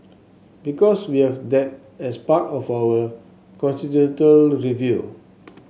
because we have that as part of our constitutional review